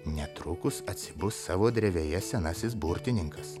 netrukus atsibus savo drevėje senasis burtininkas